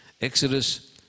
Exodus